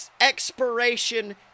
expiration